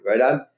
right